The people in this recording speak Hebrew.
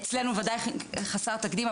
אצלנו וודאי חסר תקדים,